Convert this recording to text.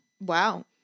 Wow